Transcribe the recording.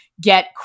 get